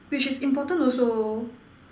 which is important also